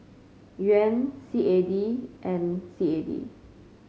Yuan C A D and C A D